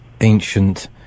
ancient